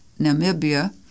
Namibia